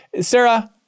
Sarah